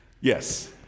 Yes